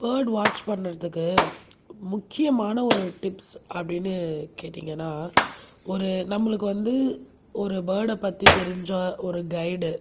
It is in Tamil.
பேர்டு வாட்ச் பண்ணுறதுக்கு முக்கியமான ஒரு டிப்ஸ் அப்படின்னு கேட்டீங்கன்னால் ஒரு நம்மளுக்கு வந்து ஒரு பேர்டை பற்றி தெரிஞ்ச ஒரு கைடு